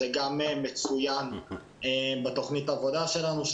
זה גם מצוין בתוכנית העבודה שלנו.